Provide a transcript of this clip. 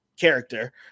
Character